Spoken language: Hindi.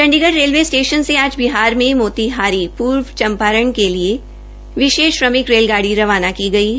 चंडीगढ़ रेलवे स्टेशन से आज बिहार में मोतीहार पूर्वी चपांरण के लिए एक विशेष रेलगाड़ी रवाना की गई है